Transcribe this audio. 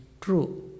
true